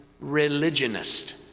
religionist